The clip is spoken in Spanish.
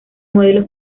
modelos